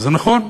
וזה נכון,